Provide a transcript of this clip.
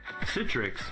Citrix